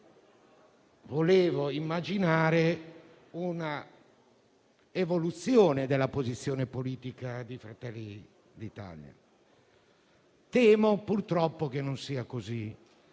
infatti immaginare una evoluzione della posizione politica di Fratelli d'Italia. Temo purtroppo che non sia così.